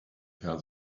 tell